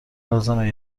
لازمه